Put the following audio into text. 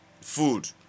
food